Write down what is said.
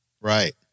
Right